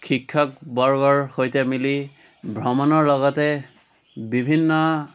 শিক্ষক বৰ্গৰ সৈতে মিলি ভ্ৰমণৰ লগতে বিভিন্ন